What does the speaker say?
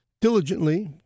diligently